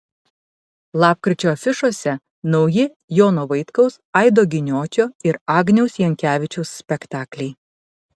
lapkričio afišose nauji jono vaitkaus aido giniočio ir agniaus jankevičiaus spektakliai